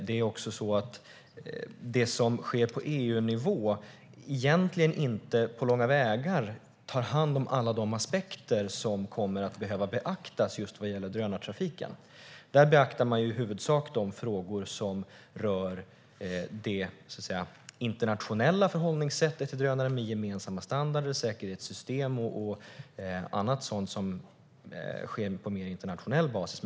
Det som sker på EU-nivå tar inte på långa vägar hand om alla de aspekter som kommer att behöva beaktas när det gäller drönartrafiken. Man beaktar i huvudsak de frågor som rör det internationella förhållningssättet till drönare med gemensamma standarder, säkerhetssystem och annat som sker på internationell basis.